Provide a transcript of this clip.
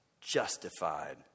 justified